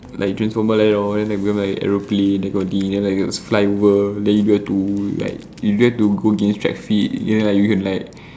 like transformer like that lor then become like aeroplane that kind of thing then can fly over then you get to like you get to go against traffic you can like